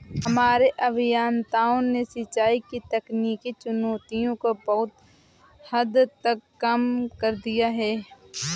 हमारे अभियंताओं ने सिंचाई की तकनीकी चुनौतियों को बहुत हद तक कम कर दिया है